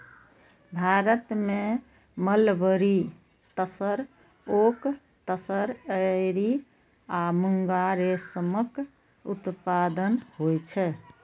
भारत मे mulberry, tasar, oak tasar, eri आ मूंगा रेशमक उत्पादन होइ छै